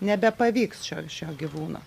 nebepavyks šio šio gyvūno